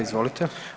Izvolite.